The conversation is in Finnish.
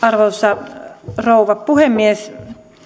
arvoisa rouva puhemies